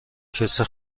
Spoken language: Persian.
کسی